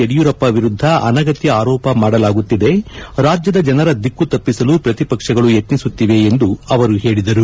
ಯಡಿಯೂಪ್ಪ ವಿರುದ್ದ ಅನಗತ್ಯ ಆರೋಪ ಮಾಡಲಾಗುತ್ತಿದೆ ರಾಜ್ಯದ ಜನರ ದಿಕ್ಕು ತಪ್ಪಿಸಲು ಪ್ರತಿಪಕ್ಷಗಳು ಯತ್ನಸುತ್ತಿವೆ ಎಂದು ಅವರು ಹೇಳಿದರು